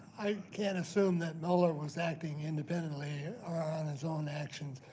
i can't assume that mueller was acting independently or on his own actions,